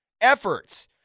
efforts